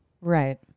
Right